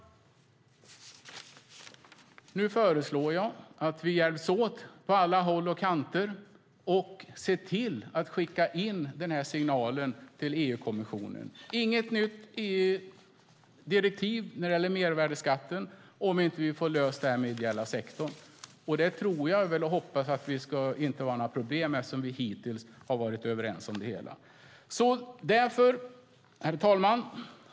Mitt förslag är att vi hjälps åt på alla håll och kanter och ser till att till EU-kommissionen sända signalen: Inget nytt EU-direktiv när det gäller mervärdesskatten om inte detta med den ideella sektorn blir löst. Jag hoppas och tror att det inte är något problem eftersom vi hittills varit överens om det hela. Herr talman!